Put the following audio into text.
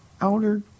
outer